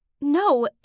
No